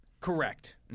Correct